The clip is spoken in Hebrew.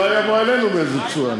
אולי היא עברה אלינו באיזו צורה,